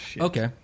Okay